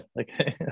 Okay